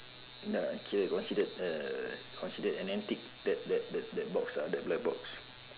ya it can considered uh considered an antique that that that box ah that black box